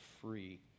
free